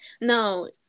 no